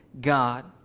God